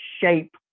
shape